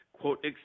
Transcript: quote